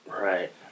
right